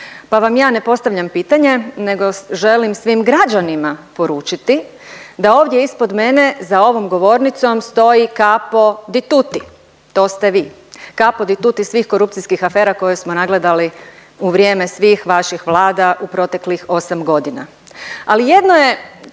Pa vam ja ne postavljam pitanje nego želim svim građanima poručiti da ovdje ispod mene za ovom govornicom stoji capo di tutti. To ste vi. Capo di tutti svih korupcijskih afera koje smo nagledali u vrijeme svih vaših vlada u proteklih 8 godina. Ali jedno je